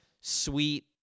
sweet